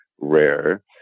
rare